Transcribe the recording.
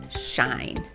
shine